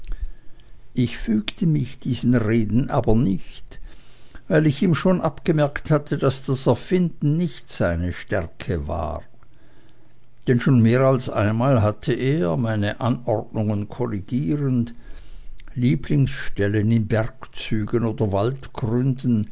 ich fügte mich diesen reden aber nicht weil ich ihm schon abgemerkt hatte daß das erfinden nicht seine stärke war denn schon mehr als einmal hatte er meine anordnungen korrigierend lieblingsstellen in bergzügen oder